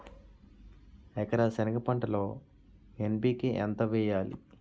ఎకర సెనగ పంటలో ఎన్.పి.కె ఎంత వేయాలి?